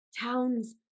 towns